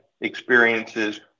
experiences